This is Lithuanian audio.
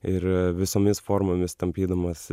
ir visomis formomis tampydamas